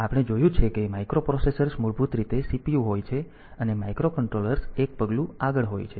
આપણે જોયું છે કે માઇક્રોપ્રોસેસર્સ મૂળભૂત રીતે CPU હોય છે અને માઇક્રોકન્ટ્રોલર્સ 1 પગલું આગળ હોય છે